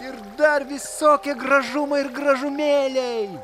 ir dar visokie gražumai ir gražumėliai